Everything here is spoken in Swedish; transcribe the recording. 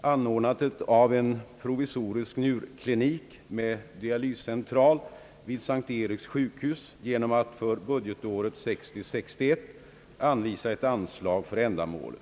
anordnandet av en provisorisk njurklinik med dialyscentral vid S:t Eriks sjukhus genom att för budgetåret 1960/61 anvisa ett anslag för ändamålet.